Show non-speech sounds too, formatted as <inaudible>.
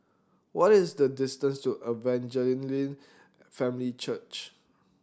what is the distance to Evangel <unintelligible> Family Church